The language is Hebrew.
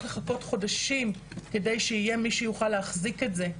לחכות חודשים על מנת שיהיה מי שיחזיק את זה.